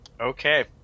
okay